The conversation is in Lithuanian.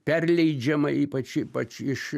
perleidžiama ypač ypač iš